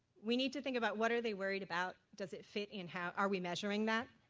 we need to think about what are they worried about, does it fit in how are we measuring that